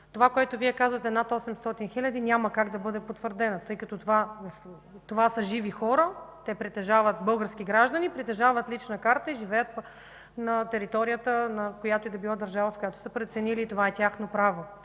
това, което Вие казвате, над 800 хил. – няма как да бъде потвърдена, тъй като това са живи хора, български граждани, притежаващи лична карта и живеят на територията на която и да било държава, в която са преценили. Това е тяхно право.